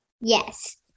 Yes